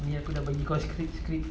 aku dah bagi kau script script